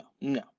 no